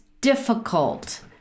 difficult